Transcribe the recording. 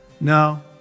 No